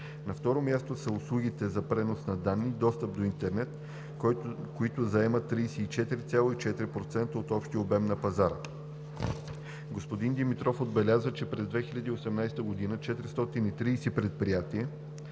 На второ място са услугите за пренос на данни и достъп до интернет, които заемат 34,4% от общия обем на пазара. Господин Димитров отбеляза, че през 2018 г. 430 предприятия